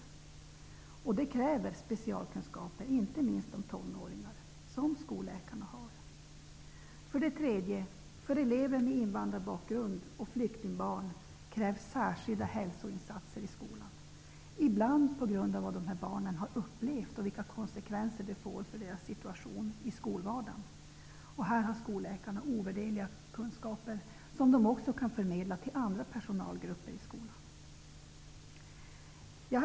Det kräver specialkunskaper, inte minst om tonåringar, som skolläkarna har. För det tredje krävs det särskilda hälsoinsatser i skolan för elever med invandrarbakgrund och för flyktingbarn -- ibland på grund av vad dessa barn har upplevt och de konsekvenser det får för deras situation i skolvardagen. Här har skolläkarna ovärderliga kunskaper som de också kan förmedla till andra personalgrupper i skolan.